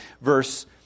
verse